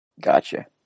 Gotcha